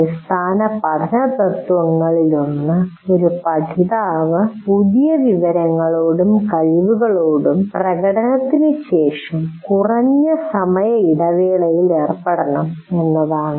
അടിസ്ഥാന പഠന തത്ത്വങ്ങളിലൊന്ന് ഒരു പഠിതാവ് പുതിയ വിവരങ്ങളോടും കഴിവുകളോടും പ്രകടനത്തിന് ശേഷം കുറഞ്ഞ സമയ ഇടവേളയിൽ ഏർപ്പെടണം എന്നതാണ്